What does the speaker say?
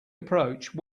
approach